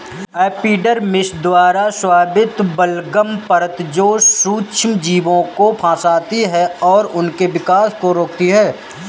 epidermis द्वारा स्रावित बलगम परत जो सूक्ष्मजीवों को फंसाती है और उनके विकास को रोकती है